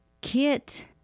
Kit